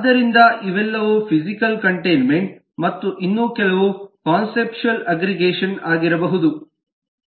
ಆದ್ದರಿಂದ ಇವೆಲ್ಲವೂ physical containment ಮತ್ತು ಇನ್ನು ಕೆಲವು ಕಾನ್ಸೆಪ್ಚುಯಲ್ ಅಗ್ಗ್ರಿಗೇಷನ್ ಆಗಿರಬಹುದು